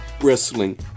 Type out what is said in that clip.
wrestling